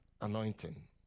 anointing